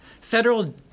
federal